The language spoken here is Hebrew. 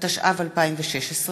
התשע"ו 2016,